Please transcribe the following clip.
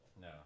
No